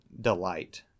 delight